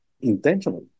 intentionally